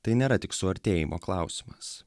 tai nėra tik suartėjimo klausimas